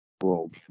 world